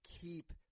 Keep